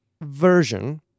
version